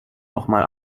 nochmal